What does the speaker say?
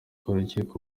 urukiko